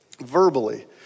Verbally